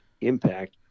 impact